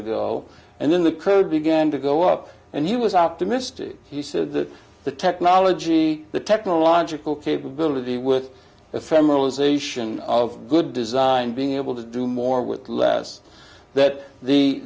ago and then the code began to go up and he was optimistic he said that the technology the technological capability with ephemeral ization of good design being able to do more with less that the